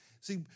See